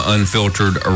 Unfiltered